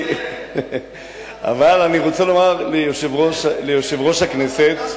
אבל אני רוצה לומר ליושב-ראש הכנסת,